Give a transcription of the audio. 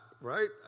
Right